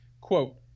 Quote